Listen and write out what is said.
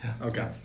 Okay